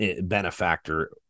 benefactor